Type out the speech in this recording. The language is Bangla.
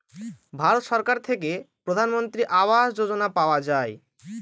ভারত সরকার থেকে প্রধানমন্ত্রী আবাস যোজনা পাওয়া যায়